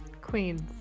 queens